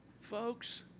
Folks